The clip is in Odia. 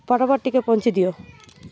ଫଟାଫଟ୍ ଟିକେ ପହଞ୍ଚି ଦିଅ